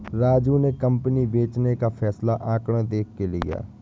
राजू ने कंपनी बेचने का फैसला आंकड़े देख के लिए